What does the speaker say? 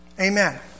Amen